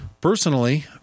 Personally